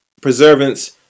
preservance